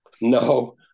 No